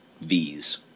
Vs